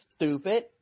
stupid